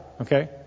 okay